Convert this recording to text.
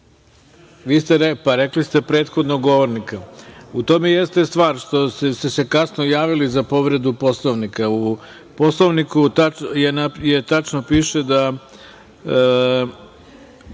Vi ste rekli – prethodnog govornika. U tome i jeste stvar, što ste se kasno javili za povredu Poslovnika. U Poslovniku tačno piše da